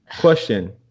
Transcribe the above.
question